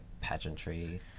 pageantry